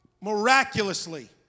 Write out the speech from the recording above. miraculously